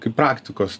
kaip praktikos